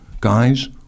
guys